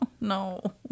no